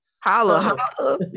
Holla